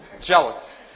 Jealous